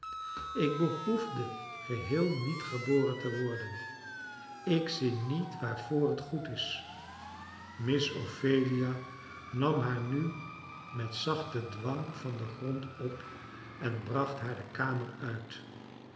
ik behoefde geheel niet geboren te worden ik zie niet waarvoor het goed is miss ophelia nam haar nu met zachten dwang van den grond op en bracht haar de kamer uit